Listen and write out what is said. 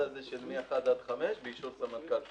הזה של מ-1 עד 5 באישור סמנכ"ל תנועה,